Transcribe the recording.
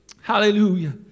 Hallelujah